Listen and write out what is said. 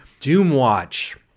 Doomwatch